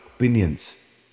opinions